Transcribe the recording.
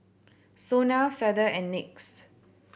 SONA Feather and NYX